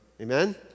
Amen